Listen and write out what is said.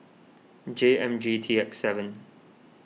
J M G T X seven